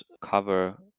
cover